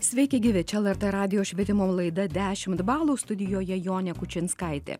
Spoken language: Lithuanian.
sveiki gyvi čia lrt radijo švietimo laida dešimt balų studijoje jonė kučinskaitė